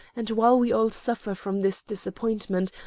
and while we all suffer from this disappointment,